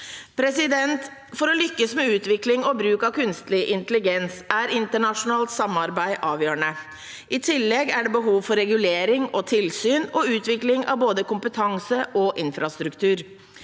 i Norden. For å lykkes med utvikling og bruk av kunstig intelligens er internasjonalt samarbeid avgjørende. I tillegg er det behov for regulering og tilsyn og utvikling av både kompetanse og infrastruktur.